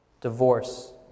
divorce